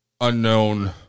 unknown